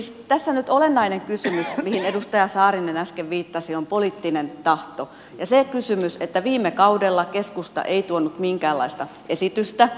siis tässä nyt olennainen kysymys mihin edustaja saarinen äsken viittasi on poliittinen tahto ja se että viime kaudella keskusta ei tuonut minkäänlaista esitystä